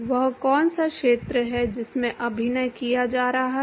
वह कौन सा क्षेत्र है जिसमें अभिनय किया जा रहा है